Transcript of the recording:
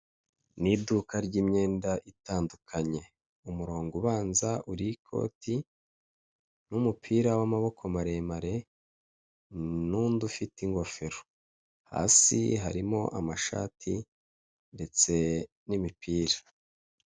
Ni iduka ry'imyenda itandukanye, umurongo ubanza uriho ikoti n'umupira w'amaboko maremare n'undi ufite ingofero, hasi harimo amashati ndetse n'imipira.